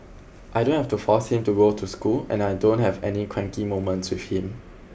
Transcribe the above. I don't have to force him to go to school and I don't have any cranky moments with him